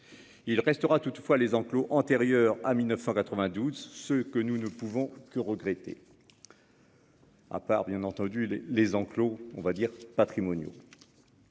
Il restera toutefois les enclos antérieurs à 1992. Ce que nous ne pouvons que regretter.-- À part bien entendu les les enclos on va dire patrimoniaux.